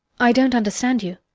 i don't understand you.